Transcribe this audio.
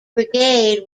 brigade